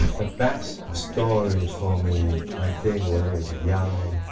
the best story for me i think when i was young